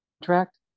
contract